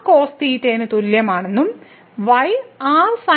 cosθ ന് തുല്യമാണെന്നും y r